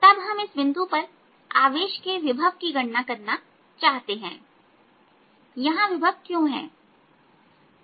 तब हम इस बिंदु पर इस आवेश के विभव की गणना करना चाहते हैं यहां विभव क्यों है